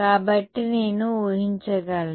కాబట్టి నేను ఊహించగలను